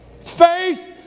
Faith